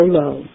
low